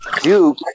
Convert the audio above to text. Duke